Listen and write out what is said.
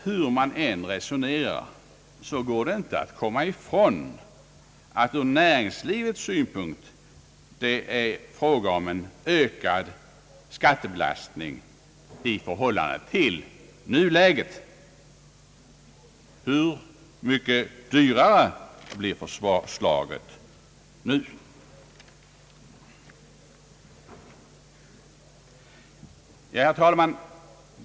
Hur man än resonerar, går det inte att komma ifrån att det ur näringslivets synpunkt är fråga om en ökad skattebelastning i förhållande till nuläget. Hur mycket dyrare blir förslaget nu? Herr talman!